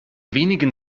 wenigen